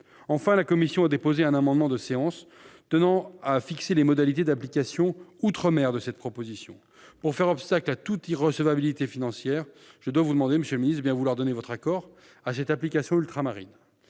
outre, la commission a déposé un amendement de séance tendant à fixer les modalités d'application outre-mer de cette proposition de loi. Pour faire obstacle à toute irrecevabilité financière, je dois vous demander, monsieur le secrétaire d'État, de bien vouloir donner votre accord à cette application ultramarine.